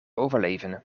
overleven